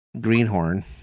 Greenhorn